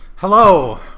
Hello